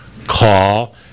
call